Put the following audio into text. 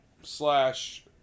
Slash